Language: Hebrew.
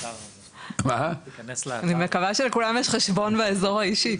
אני מקווה שלכולם יש חשבון באזור האישי.